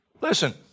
Listen